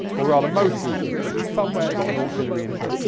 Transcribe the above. or rather most bluetooth speakers. somewhere i've got an auxiliary input.